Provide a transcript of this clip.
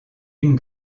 une